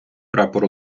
прапор